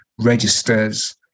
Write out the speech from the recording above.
registers